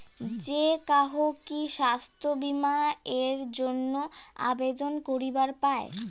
যে কাহো কি স্বাস্থ্য বীমা এর জইন্যে আবেদন করিবার পায়?